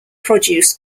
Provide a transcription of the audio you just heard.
produce